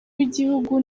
w’igihugu